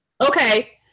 okay